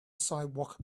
sidewalk